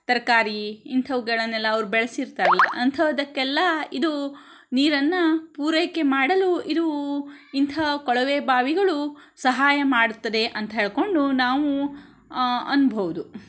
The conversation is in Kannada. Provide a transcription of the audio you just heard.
ತರಕಾರಿ ಇಂಥವುಗಳನ್ನೆಲ್ಲ ಅವರು ಬೆಲೆಸಿರ್ತಾರಲ್ಲ ಅಂಥವಕ್ಕೆಲ್ಲ ಇದು ನೀರನ್ನು ಪೂರೈಕೆ ಮಾಡಲು ಇದು ಇಂಥ ಕೊಳವೆ ಬಾವಿಗಳು ಸಹಾಯ ಮಾಡುತ್ತದೆ ಅಂತ ಹೇಳ್ಕೊಂಡು ನಾವು ಅನ್ಬೋದು